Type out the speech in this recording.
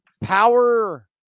Power